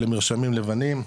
למרשמים לבנים,